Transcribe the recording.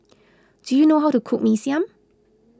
do you know how to cook Mee Siam